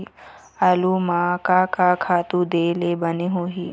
आलू म का का खातू दे ले बने होही?